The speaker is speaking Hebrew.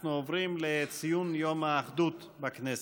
אנחנו עוברים לציון יום האחדות בכנסת,